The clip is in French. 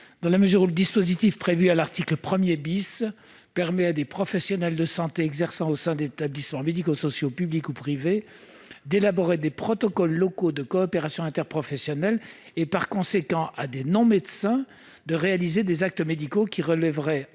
Bernard Bonne. Le dispositif prévu à l'article 1 permet à des professionnels de santé exerçant au sein d'établissements médico-sociaux publics ou privés d'élaborer des protocoles locaux de coopération interprofessionnelle. Il autorise par conséquent des non-médecins à réaliser des actes médicaux qui relèveraient,